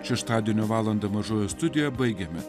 šeštadienio valandą mažoji studija baigiame